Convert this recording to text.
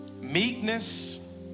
meekness